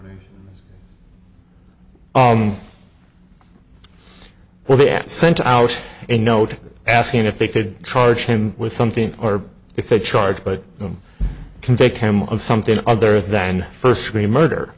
yours were they sent out a note asking if they could charge him with something or if the charge but convict him of something other than first screen murder